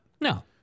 No